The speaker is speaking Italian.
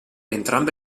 entrambe